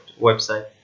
website